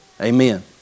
Amen